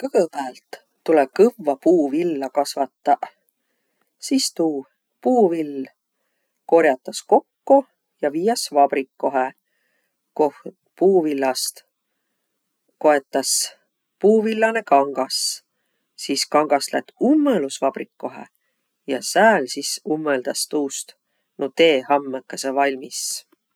Kõgõpäält tulõ kõvva puuvilla kasvataq. Sis tuu puuvill kor'atas kokko ja viiäs vabrikohe, koh puuvillast koetas puuvillanõ kangas. Sis kangas lätt ummõlusvabrikohe ja sääl sis ummõldas tuust nuuq T-hammõkõsq valmis.